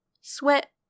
Sweat